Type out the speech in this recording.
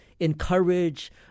encourage